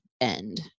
end